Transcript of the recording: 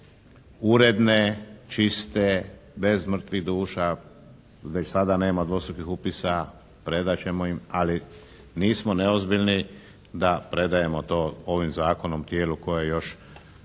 uredne, čiste, bez mrtvih duša, već sada nema dvostrukih upisa, predat ćemo im, ali nismo neozbiljni da predajmo to ovim Zakonom tijelu koje još